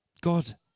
God